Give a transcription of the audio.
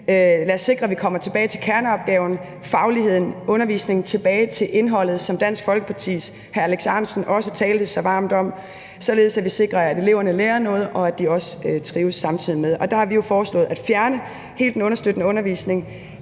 at vi sikrede, at vi kommer tilbage til kerneopgaven, fagligheden, undervisningen, tilbage til indholdet, som Dansk Folkepartis hr. Alex Ahrendtsen også talte så varmt om, således at vi sikrer, at eleverne lærer noget, og at de også trives samtidig. Der har vi jo foreslået helt at fjerne den understøttende undervisning,